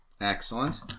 Excellent